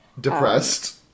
depressed